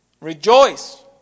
Rejoice